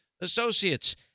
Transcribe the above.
associates